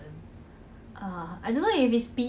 really hor then I flew my aeroplane right